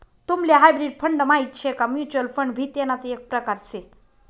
तुम्हले hybrid fund माहित शे का? म्युच्युअल फंड भी तेणाच एक प्रकार से